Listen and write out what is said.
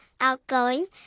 outgoing